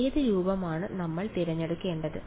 ഏത് രൂപമാണ് നമ്മൾ തിരഞ്ഞെടുക്കേണ്ടത്